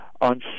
On